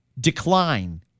decline